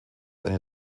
eine